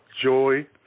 joy